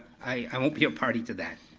i won't be a party to that.